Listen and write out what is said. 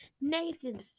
Nathan